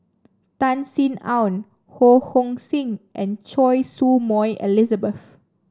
Tan Sin Aun Ho Hong Sing and Choy Su Moi Elizabeth